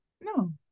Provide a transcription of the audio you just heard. No